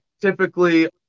typically